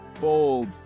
Bold